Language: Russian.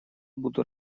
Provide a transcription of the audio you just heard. буду